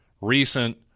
recent